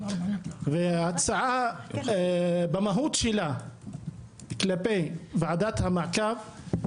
וההצעה במהות שלה כלפי ועדת המעקב,